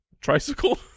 tricycle